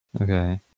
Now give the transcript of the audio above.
Okay